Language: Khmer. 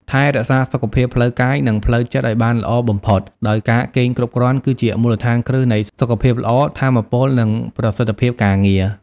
ថែរក្សាសុខភាពផ្លូវកាយ និងផ្លូវចិត្តឱ្យបានល្អបំផុតដោយការគេងគ្រប់គ្រាន់គឺជាមូលដ្ឋានគ្រឹះនៃសុខភាពល្អ ថាមពល និងប្រសិទ្ធភាពការងារ។